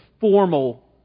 formal